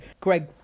Greg